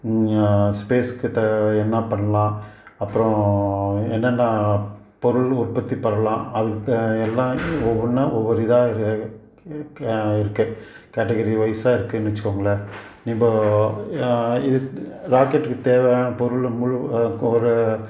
ஸ்பேஸ்க்கு த என்ன பண்ணலாம் அப்புறம் என்னென்ன பொருள் உற்பத்தி பண்ணலாம் அதுக்கு எல்லாம் ஒவ்வொன்றா ஒவ்வொரு இதாக இருக்குது கேட்டகிரி வைஸாக இருக்குதுன்னு வச்சுக்கோங்களேன் இப்போது ராக்கெட்டுக்கு தேவையான பொருள் முழு ஒரு